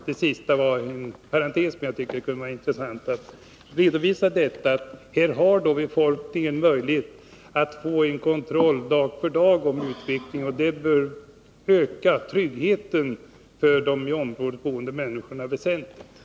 Det sista var en parentes, men jag tyckte det kunde vara intressant att redovisa att här har befolkningen möjlighet att få en kontroll dag för dag av utvecklingen, och det bör öka tryggheten för de i området boende människorna väsentligt.